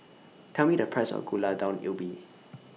Tell Me The Price of Gulai Daun Ubi